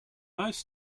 most